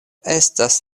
estas